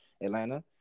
Atlanta